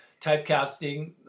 typecasting